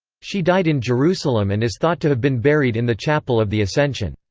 she died in jerusalem and is thought to have been buried in the chapel of the ascension.